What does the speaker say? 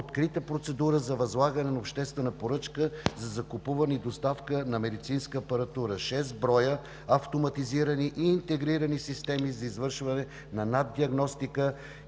открита процедура за възлагане на обществена поръчка за закупуване и доставка на медицинска апаратура – 6 броя автоматизирани и интегрирани системи за извършване на NAT диагностика,